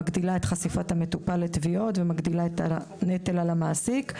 מגדילה את חשיפת המטופל לתביעות ומגדילה את הנטל על המעסיק.